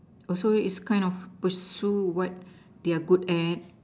also it's kind of pursue what they are good at